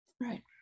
Right